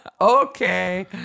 Okay